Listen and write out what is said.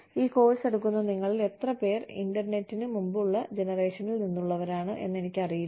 ഈ കോഴ്സ് എടുക്കുന്ന നിങ്ങളിൽ എത്ര പേർ ഇന്റർനെറ്റിന് മുമ്പുള്ള ജനറേഷനിൽ നിന്നുള്ളവരാണ് എന്ന് എനിക്കറിയില്ല